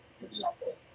Example